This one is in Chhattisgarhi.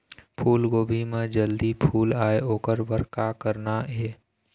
फूलगोभी म जल्दी फूल आय ओकर बर का करना ये?